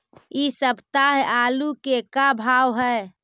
इ सप्ताह आलू के का भाव है?